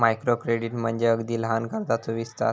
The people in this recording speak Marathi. मायक्रो क्रेडिट म्हणजे अगदी लहान कर्जाचो विस्तार